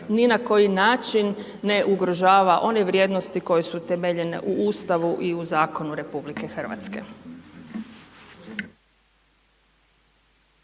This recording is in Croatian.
ni na koji način ne ugrožava one vrijednosti koje se temeljene u Ustavu i u zakonu RH.